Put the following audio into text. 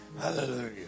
Hallelujah